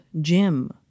Jim